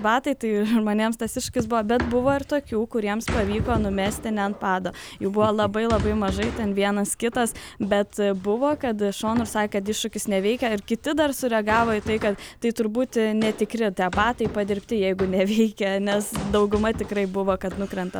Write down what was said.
batai tai žmonėms tas iššūkis buvo bet buvo ir tokių kuriems pavyko numesti ne ant pado jų buvo labai labai mažai ten vienas kitas bet buvo kad šonu sakė kad iššūkis neveikia ir kiti dar sureagavo į tai kad tai turbūt netikri tie batai padirbti jeigu neveikia nes dauguma tikrai buvo kad nukrenta